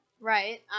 Right